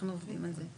אנחנו עובדים על זה.